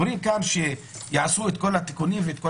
אומרים כאן שיעשו את כל התיקונים ואת כל